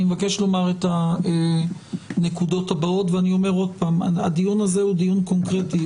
אני מבקש לומר את הנקודות הבאות: הדיון הזה הוא דיון קונקרטי,